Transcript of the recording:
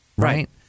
Right